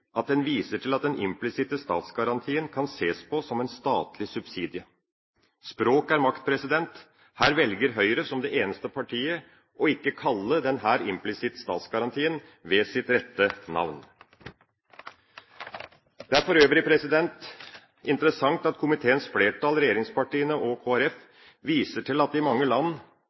at den implisitte statsgarantien kan sees på som en statlig subsidie.» Språk er makt. Her velger Høyre som det eneste partiet ikke å kalle denne implisitte statsgarantien ved sitt rette navn. Det er for øvrig interessant at komiteens flertall, regjeringspartiene og Kristelig Folkeparti, viser til at det i mange land